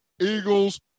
Eagles